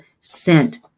sent